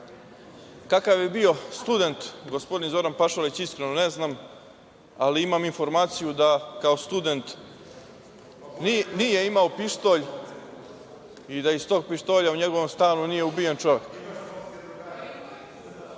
Kakav je bio student gospodin Zoran Pašalić, iskreno ne znam, ali imam informaciju da kao student nije imao pištolj i da iz tog pištolja u njegovom stanu nije ubijen čovek. Šta